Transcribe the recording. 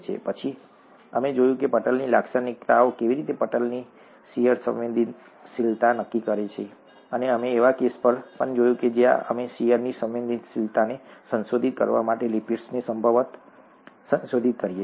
પછી અમે જોયું કે પટલની લાક્ષણિકતાઓ કેવી રીતે પટલની શીયર સંવેદનશીલતા નક્કી કરે છે અને અમે એવા કેસ પર પણ જોયું કે જ્યાં અમે શીયરની સંવેદનશીલતાને સંશોધિત કરવા માટે લિપિડ્સને સંભવતઃ સંશોધિત કરી શકીએ